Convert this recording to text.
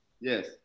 Yes